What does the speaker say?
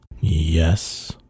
Yes